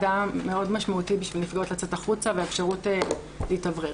זה היה מאוד משמעותי בשביל לצאת החוצה והאפשרות להתאוורר.